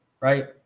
right